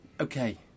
okay